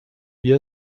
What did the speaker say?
wir